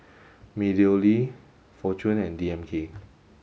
MeadowLea Fortune and D M K